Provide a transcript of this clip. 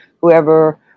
whoever